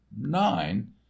nine